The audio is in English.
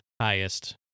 highest